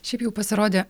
šiaip jau pasirodė